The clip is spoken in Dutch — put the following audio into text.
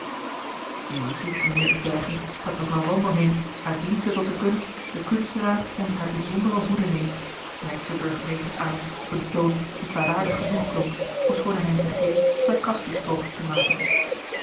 ziet mijnheer upbergen dat mevrouw wandelheem marcellus emants een drietal novellen uit liefde tot de kunst den kunstenaar onder haar bijzondere hoede neemt merkte de burgemeester aan op een toon die kwaadaardig genoeg klonk ofschoon hij hem vergeefs sarcastisch poogde te maken